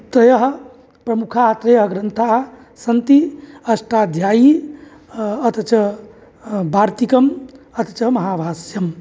त्रयः प्रमुखाः त्रयः ग्रन्थाः सन्ति अष्टाध्यायी अथ च वार्तिकम् अथ च महाभाष्यम्